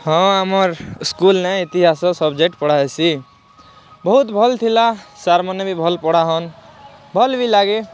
ହଁ ଆମର୍ ସ୍କୁଲ୍ନେ ଇତିହାସ ସବ୍ଜେକ୍ଟ ପଢ଼ା ହେସି ବହୁତ୍ ଭଲ୍ ଥିଲା ସାର୍ମାନେ ବି ଭଲ୍ ପଢ଼ାହନ୍ ଭଲ୍ ବି ଲାଗେ